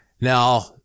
Now